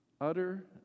Utter